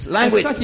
Language